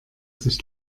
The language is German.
sich